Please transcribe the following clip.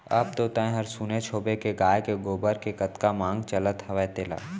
अब तो तैंहर सुनेच होबे के गाय के गोबर के कतका मांग चलत हवय तेला